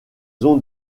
ont